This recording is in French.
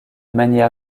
manière